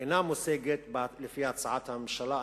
איננה מושגת לפי הצעת הממשלה.